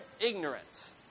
ignorance